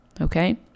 Okay